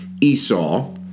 Esau